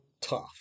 tough